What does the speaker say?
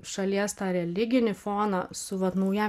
šalies tą religinį foną su vat nauja